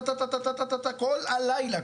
טה כל הלילה,